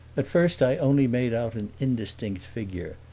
at first i only made out an indistinct figure,